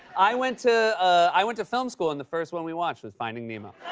i went to ah i went to film school, and the first one we watched was finding nemo.